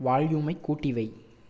வால்யூமை கூட்டி வை